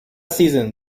season